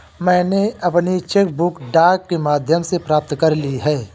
मैनें अपनी cheque book डाक के माध्यम से प्राप्त कर ली है